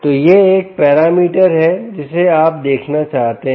तो यह एक पैरामीटर है जिसे आप देखना चाहते हैं